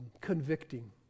convicting